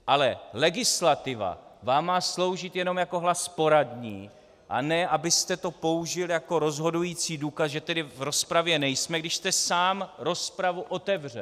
Ale legislativa vám má sloužit jenom jako hlas poradní, a ne abyste to použil jako rozhodující důkaz, že v rozpravě nejsme, když jste sám rozpravu otevřel.